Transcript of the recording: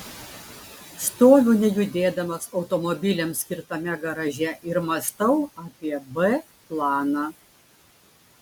stoviu nejudėdamas automobiliams skirtame garaže ir mąstau apie b planą